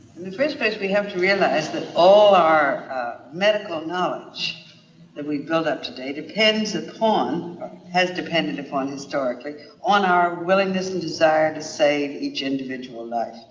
in the first place we have to realize that all our medical knowledge that we've built up today depends and upon, or has depended upon historically, on our willingness and desire to save each individual life.